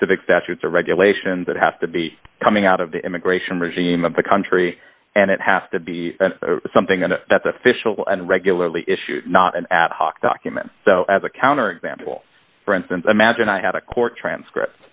specific statutes or regulations that have to be coming out of the immigration regime of the country and it has to be something and that's official and regularly issued not an ad hoc document so as a counterexample for instance imagine i had a court transcript